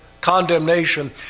condemnation